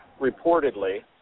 reportedly